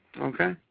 okay